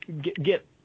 get